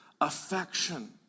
affection